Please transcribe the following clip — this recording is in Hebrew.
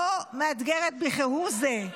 לא מאתגרת בכהוא זה.